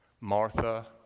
Martha